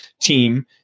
team